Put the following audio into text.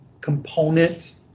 component